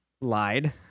lied